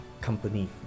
company